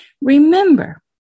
Remember